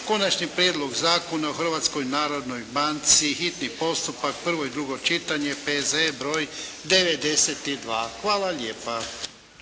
Konačni prijedlog Zakona o Hrvatskoj narodnoj banci, hitni postupak, prvo i drugo čitanje, P.Z.E. br. 92. Hvala lijepa.